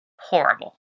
horrible